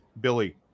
Billy